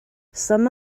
some